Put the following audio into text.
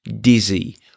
dizzy